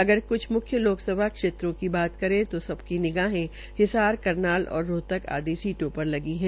अगर क्छ मुख्य लोकसभा क्षेत्रों की बात कर सब की निगाहें हिसार करनाल और रोहतक आदि सीदों पर लगी है